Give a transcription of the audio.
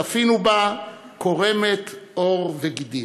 צפינו בה קורמת עור וגידים.